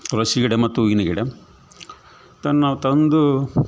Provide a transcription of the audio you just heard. ತುಳಸಿ ಗಿಡ ಮತ್ತು ಹೂವಿನ ಗಿಡ ಅದನ್ನು ನಾವು ತಂದು